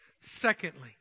Secondly